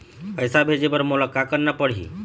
पैसा भेजे बर मोला का करना पड़ही?